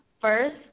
first